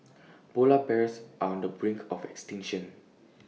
Polar Bears are on the brink of extinction